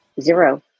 Zero